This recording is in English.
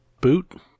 boot